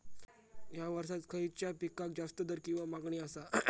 हया वर्सात खइच्या पिकाक जास्त दर किंवा मागणी आसा?